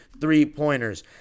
three-pointers